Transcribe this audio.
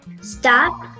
stop